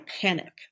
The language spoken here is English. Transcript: panic